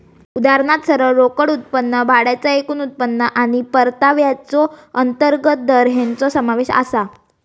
उदाहरणात सरळ रोकड उत्पन्न, भाड्याचा एकूण उत्पन्न आणि परताव्याचो अंतर्गत दर हेंचो समावेश आसा